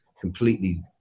completely